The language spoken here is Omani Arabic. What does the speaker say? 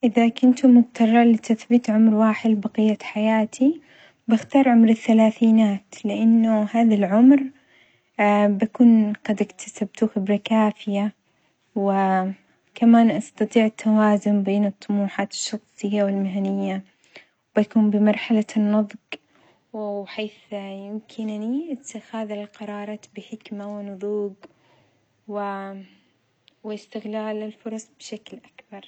إذا كنت مضطرة لتثبيت عمر واحد لبقية حياتي بختار عمر الثلاثينات لأنه هذا العمر بكون قد اكتسبت خبرة كافية، كما نأستطيع التوازن بين الطموحات الشخصية والمهنية، وبكون بمرحلة النظج وحيث يمكنني إتخاذ القرارات بحكمة ونظوج، و واستغلال الفرص بشكل أكبر.